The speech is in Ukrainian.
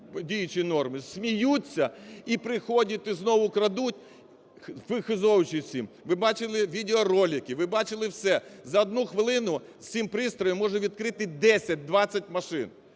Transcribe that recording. діючі норми, сміються і приходять, і знову крадуть, вихизовуючись цим. Ви бачили відеоролики, ви бачили все, за одну хвилину цим пристроєм можна відкрити 10-20 машин,